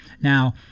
Now